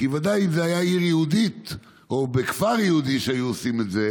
כי ודאי שאם זאת הייתה עיר יהודית או שהיו עושים את זה